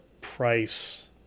price